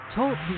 Talk